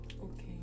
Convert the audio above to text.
okay